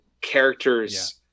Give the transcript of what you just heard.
characters